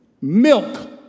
Milk